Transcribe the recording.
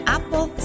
Apple